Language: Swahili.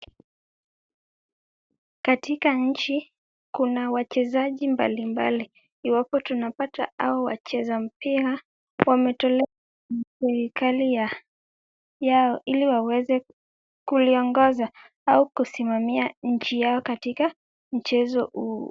Katika nchi kuna wachezaji mbalimbali, iwapo tunapata hawa wacheza mpira wametolewa na serikali yao ili waweze kuliongoza au kusimamia nchi yao katika mchezo huu.